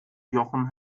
jochen